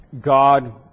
God